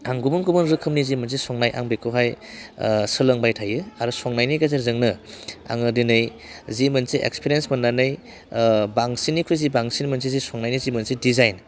आं गुबुन गुबुन रोखोमनि जि मोनसे संनाय आं बिखौहाय सोलोंबाय थायो आरो संनायनि गेजेरजोंनो आङो दिनै जि मोनसे इक्सपिरेनस मोननानै बांसिननिख्रुइ बांसिन मोनसे जे संनायनि जि मोनसे डिजाइन